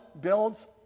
builds